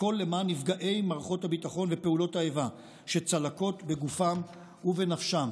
הכול למען נפגעי מערכות הביטחון ופעולות האיבה שצלקות בגופם ובנפשם.